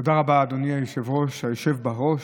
תודה רבה, אדוני היושב-ראש, היושב בראש.